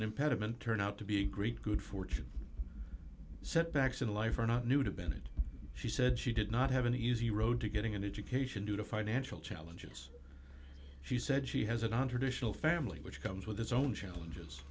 an impediment turn out to be great good fortune setbacks in life are not new to bennett she said she did not have an easy road to getting an education due to financial challenges she said she has a nontraditional family which comes with its own challenges